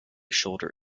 shoulder